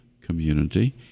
community